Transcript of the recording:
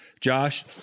josh